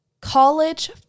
college